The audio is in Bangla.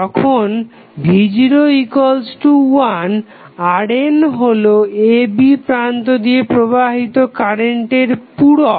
যখন v01 RN হলো a b প্রান্ত দিয়ে প্রবাহিত কারেন্টের পূরক